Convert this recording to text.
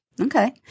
okay